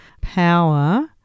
power